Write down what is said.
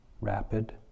rapid